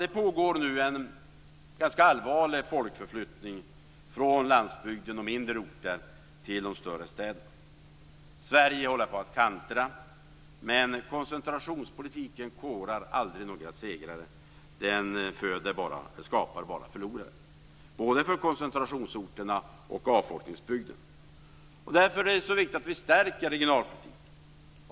Det pågår nu en ganska allvarlig folkförflyttning från landsbygden och mindre orter till de större städerna. Sverige håller på att kantra, men koncentrationspolitiken korar aldrig några segrare, den skapar bara förlorare - både för koncentrationsorterna och för avfolkningsbygden. Därför är det viktigt att vi stärker regionalpolitiken.